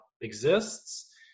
exists